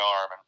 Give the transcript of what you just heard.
arm